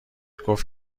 گفت